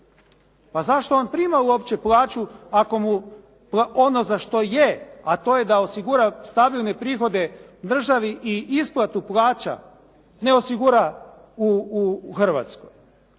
Pa zašto on prima uopće plaću ako mu ono za što je a to je da osigura stabilne prihode državi i isplatu plaća ne osigura u Hrvatskoj.